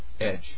Edge